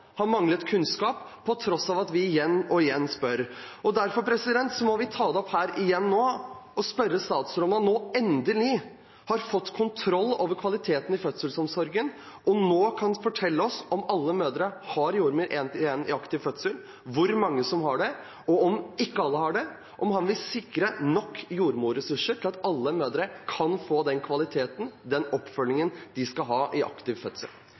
har manglet kunnskap, på tross av at vi igjen og igjen spør. Derfor må vi ta det opp igjen her nå og spørre statsråden om han nå endelig har fått kontroll over kvaliteten i fødselsomsorgen og nå kan fortelle oss om alle mødre i aktiv fødsel har jordmor én-til-én, hvor mange som har det, og om ikke alle har det, om han vil sikre nok jordmorressurser til at alle mødre kan få den kvaliteten og den oppfølgingen de skal ha i aktiv fødsel.